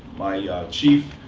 my chief,